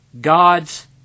God's